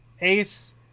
Ace